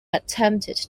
attempted